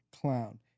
clown